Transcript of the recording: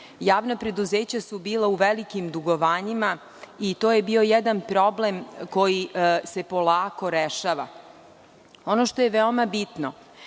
Javna preduzeća su bila u velikim dugovanjima i to je bio jedan problem koji se polako rešava. Ono što je veoma bitno